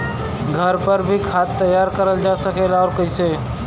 घर पर भी खाद तैयार करल जा सकेला और कैसे?